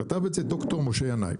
כתב את זה ד"ר משה ינאי,